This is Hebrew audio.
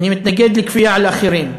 אני מתנגד לכפייה על אחרים.